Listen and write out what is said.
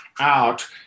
out